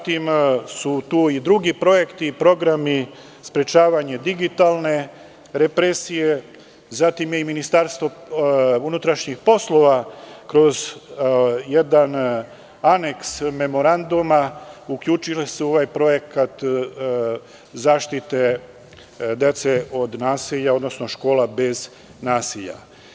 Tu su i drugi projekti i programi, sprečavanje digitalne represije, zatim je MUP kroz jedan aneks memoranduma uključio se u ovaj projekat zaštite dece od nasilja, odnosno „Škola bez nasilja“